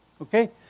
Okay